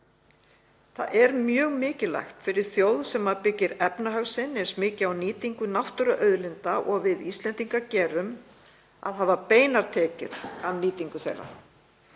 Það er mjög mikilvægt fyrir þjóð sem byggir efnahag sinn eins mikið á nýtingu náttúruauðlinda og við Íslendingar gerum að hafa beinar tekjur af nýtingu þeirra.